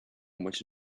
much